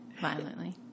violently